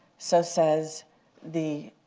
so says the